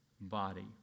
body